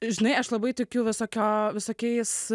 žinai aš labai tikiu visokio visokiais